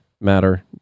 matter